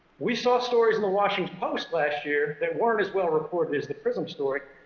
we saw stories in the washington post last year that weren't as well reported as the prism story